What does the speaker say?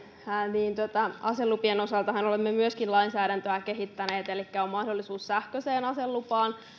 niin aselupien osaltahan olemme myöskin lainsäädäntöä kehittäneet elikkä on mahdollisuus sähköiseen aselupaan